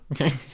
Okay